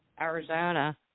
Arizona